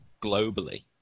globally